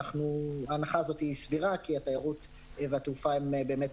ההנחה הזאת סבירה כי התיירות והתעופה הם באמת